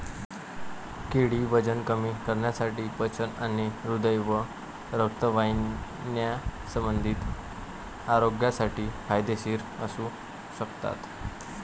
केळी वजन कमी करण्यासाठी, पचन आणि हृदय व रक्तवाहिन्यासंबंधी आरोग्यासाठी फायदेशीर असू शकतात